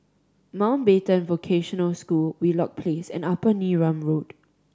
Mountbatten Vocational School Wheelock Place and Upper Neram Road